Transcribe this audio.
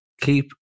keep